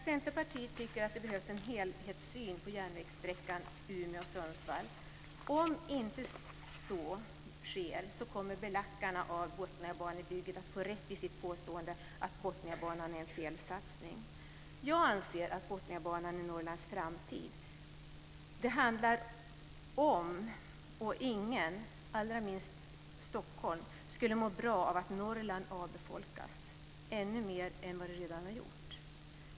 Centerpartiet tycker att det behövs en helhetssyn på järnvägssträckan Umeå-Sundsvall. Om så inte sker kommer belackarna av Botniabanebygget att få rätt i sitt påstående att Botniabanan är en felsatsning. Jag anser att Botniabanan är Norrlands framtid. Ingen, allra minst stockholmarna, skulle må bra av att Norrland avfolkas ännu mer än vad som redan har skett.